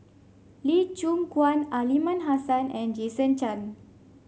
Lee Choon Guan Aliman Hassan and Jason Chan